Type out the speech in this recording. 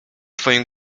twoim